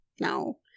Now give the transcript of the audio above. no